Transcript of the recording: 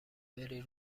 بری